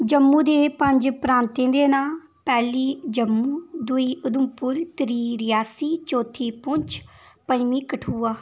जम्मू दे पजं प्रांतें दे नांऽ पेैह्ली जम्मू दूई उधमपुर त्री रेयासी चौथी पुछं पंजमी कठुआ